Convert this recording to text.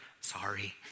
sorry